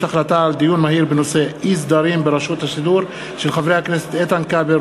דיון מהיר בהצעה של חברי הכנסת איתן כבל,